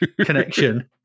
connection